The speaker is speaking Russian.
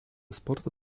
спорта